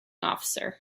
officer